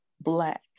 black